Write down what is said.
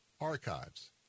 archives